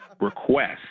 request